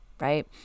right